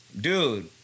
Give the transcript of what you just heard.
Dude